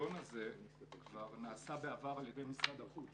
הניסיון הזה עבר נעשה בעבר על ידי משרד החוץ